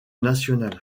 nationale